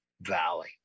valley